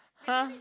!huh!